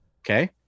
Okay